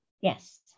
Yes